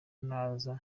naza